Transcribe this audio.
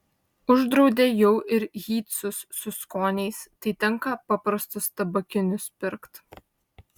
uždraudė jau ir hytsus su skoniais tai tenka paprastus tabakinius pirkt